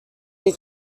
این